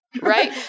Right